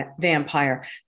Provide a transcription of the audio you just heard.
vampire